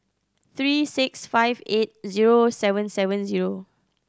three six five eight zero seven seven zero